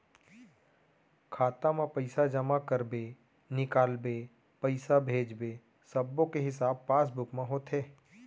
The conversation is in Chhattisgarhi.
खाता म पइसा जमा करबे, निकालबे, पइसा भेजबे सब्बो के हिसाब पासबुक म होथे